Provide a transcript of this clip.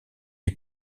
est